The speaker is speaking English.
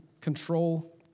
control